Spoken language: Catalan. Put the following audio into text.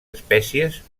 espècies